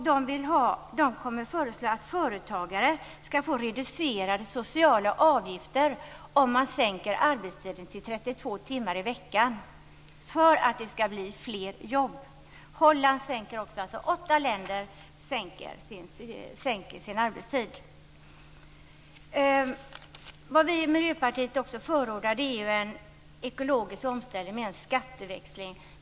Där föreslår man att företagare skall få reducerade sociala avgifter om de sänker arbetstiden till 32 timmar i veckan för att det skall bli fler jobb. Holland sänker också arbetstiden. Det är alltså åtta länder som sänker sin arbetstid. Vi i Miljöpartiet förordar också en ekologisk omställning med en skatteväxling.